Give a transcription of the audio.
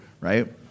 right